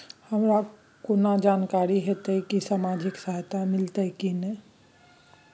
हमरा केना जानकारी होते की सामाजिक सहायता मिलते की नय?